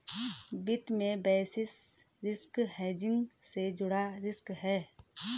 वित्त में basis risk hedging से जुड़ा रिस्क है